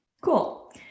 Cool